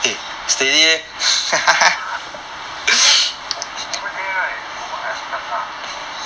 because over there right from what I heard lah